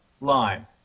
line